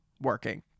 working